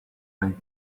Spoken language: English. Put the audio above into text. way